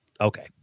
Okay